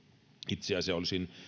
itse asiassa olisin